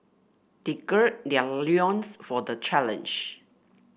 they gird their loins for the challenge